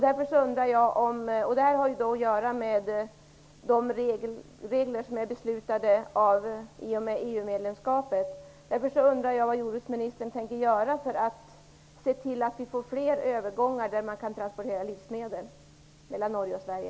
Det här har att göra med de regler som är beslutade i och med EU-medlemskapet. Därför undrar jag vad jordbruksministern tänker göra för att se till att vi får fler övergångar där man kan transportera livsmedel mellan Norge och Sverige.